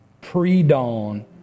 pre-dawn